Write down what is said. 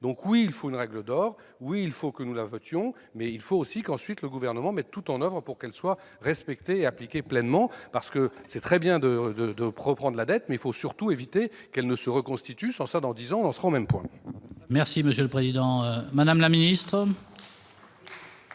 oui, il faut une règle d'or, oui, il faut que nous la votions, mais il faut aussi que le Gouvernement mette ensuite tout en oeuvre pour qu'elle soit respectée et appliquée pleinement. En effet, c'est très bien de reprendre la dette, mais il faut surtout éviter qu'elle ne se reconstitue, sans quoi, dans dix ans, on en sera au même point. La parole est à Mme la ministre.